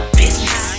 business